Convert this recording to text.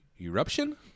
Eruption